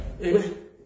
Amen